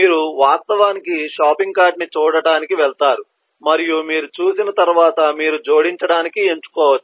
మీరు వాస్తవానికి shopping cart ని చూడటానికి వెళతారు మరియు మీరు చూసిన తర్వాత మీరు జోడించడానికి ఎంచుకోవచ్చు